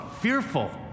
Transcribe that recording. fearful